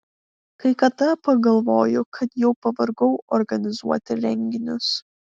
kai kada pagalvoju kad jau pavargau organizuoti renginius